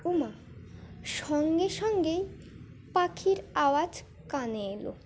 ওমা সঙ্গে সঙ্গেই পাখির আওয়াজ কানে এলো